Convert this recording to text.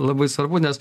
labai svarbu nes